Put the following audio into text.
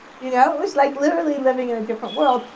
you know it was like literally living in a different world.